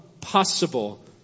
possible